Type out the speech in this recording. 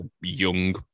young